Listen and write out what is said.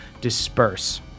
disperse